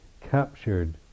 captured